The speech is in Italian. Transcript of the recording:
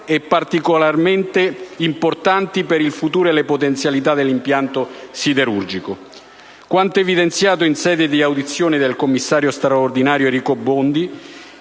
e particolarmente importanti per il futuro e le potenzialità dell'impianto siderurgico. Quanto evidenziato in sede di audizione dal commissario straordinario Enrico Bondi